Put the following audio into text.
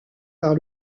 par